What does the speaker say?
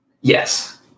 Yes